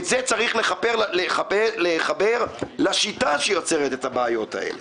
את זה צריך לחבר לשיטה שיוצרת את הבעיות האלה.